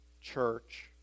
church